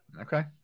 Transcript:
Okay